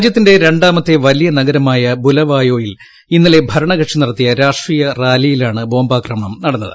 രാജ്യത്തിന്റെ രണ്ടാമത്തെ വലിയ നഗ്രമായ് ബുലവായോയിൽ ഇന്നലെ ഭരണകക്ഷി നടത്തിയ രാഷ്ട്രീയ റാലിയിലാണ് ബോംബാക്രമണം നടന്നത്